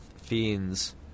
fiends